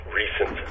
recent